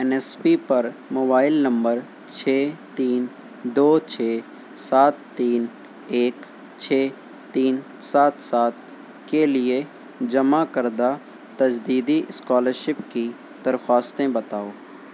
N S P پر mobile number چھ تین دو چھ سات تین ایک چھ تین سات سات کے لیے جمع کردہ تجدیدی اسکالرشپ کی درخواستیں بتاؤ